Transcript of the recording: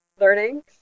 learnings